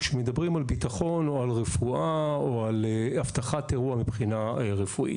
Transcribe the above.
כשמדברים על ביטחון או על רפואה או על אבטחת אירוע מבחינה רפואית.